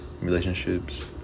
relationships